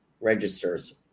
registers